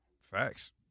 Facts